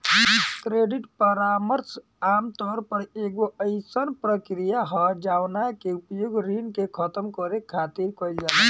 credit परामर्श आमतौर पर एगो अयीसन प्रक्रिया ह जवना के उपयोग ऋण के खतम करे खातिर कईल जाला